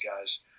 guys